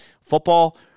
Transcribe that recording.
football